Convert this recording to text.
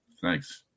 Thanks